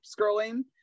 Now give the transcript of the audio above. scrolling